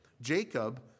Jacob